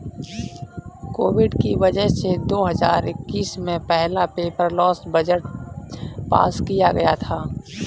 Covid की वजह से दो हजार इक्कीस में पहला पेपरलैस बजट पास किया गया था